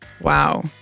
wow